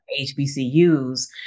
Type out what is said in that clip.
HBCUs